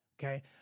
Okay